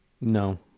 no